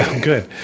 Good